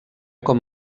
com